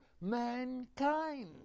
mankind